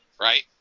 right